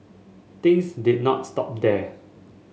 things did not stop there